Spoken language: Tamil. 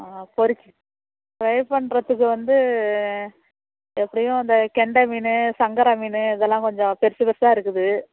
ஆ பொரிச்சு ஃப்ரை பண்ணுறத்துக்கு வந்து எப்படியும் அந்த கெண்டை மீன் சங்கரா மீன் இதெல்லாம் கொஞ்சம் பெருசு பெருசாக இருக்குது